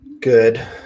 Good